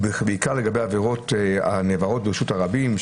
בעיקר לגבי עבירות הנעברות ברשות הרבים,